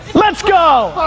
let's go!